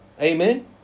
Amen